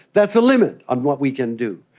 that's a limit on what we can do.